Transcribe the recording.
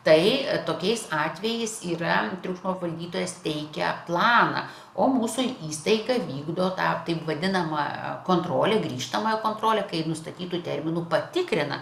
tai tokiais atvejais yra triukšmo valdytojas teikia planą o mūsų įstaiga vykdo tą taip vadinamą kontrolę grįžtamąją kontrolę kai nustatytu terminu patikrina